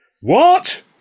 What